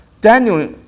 Daniel